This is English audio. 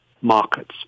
markets